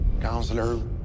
Counselor